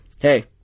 hey